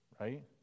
right